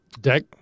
deck